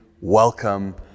welcome